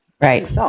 Right